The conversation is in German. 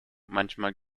manchmal